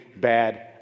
bad